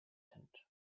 tent